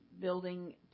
building